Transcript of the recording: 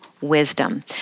wisdom